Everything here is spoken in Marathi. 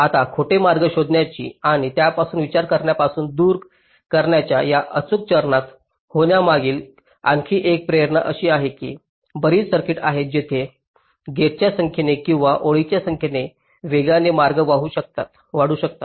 आता खोटे मार्ग शोधण्याची आणि त्यापासून विचार करण्यापासून दूर करण्याच्या या अचूक चरणात होण्यामागील आणखी एक प्रेरणा अशी आहे की बरीच सर्किट आहेत जिथे गेट्सच्या संख्येने किंवा ओळींच्या संख्येने वेगाने मार्ग वाढू शकतात